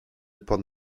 upon